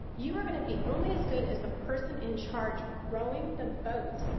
you are gonna be only as good as the person in charge, rowing the boat.